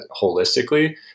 holistically